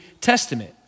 Testament